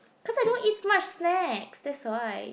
cause I don't eat much snack that's why